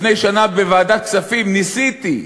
לפני שנה בוועדת הכספים ניסיתי,